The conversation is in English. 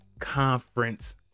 conference